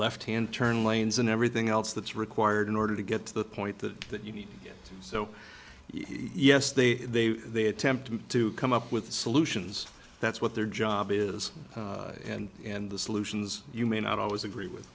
left hand turn lanes and everything else that's required in order to get to the point that you need so yes they attempt to come up with solutions that's what their job is and and the solutions you may not always agree with